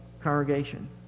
congregation